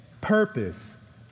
purpose